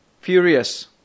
furious